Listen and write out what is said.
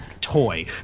toy